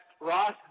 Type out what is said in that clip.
Ross